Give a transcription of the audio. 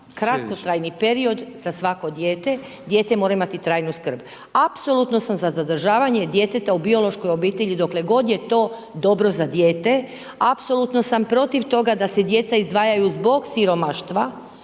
kratkotrajni period za svako dijete, dijete mora imati trajnu skrb. Apsolutno sam za zadržavanje djeteta u biološkoj obitelji, dokle god je to dobro za dijete. Apsolutno sam protiv toga da se djeca izdvajaju zbog siromaštva,